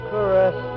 Caress